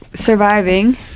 Surviving